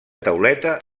tauleta